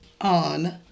On